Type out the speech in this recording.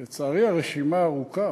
לצערי, הרשימה ארוכה.